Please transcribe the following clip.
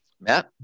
Matt